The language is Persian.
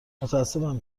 متاسفم